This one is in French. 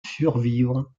survivre